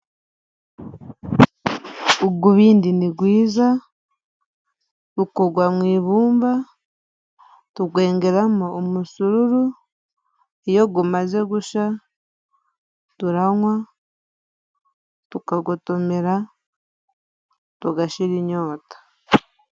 Ugubindi nigwiza gukogwa mu ibumba ,tugwengeramo umusururu, iyo gumaze gusha turanywa tukagotomera tugashira inyota.